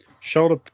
shoulder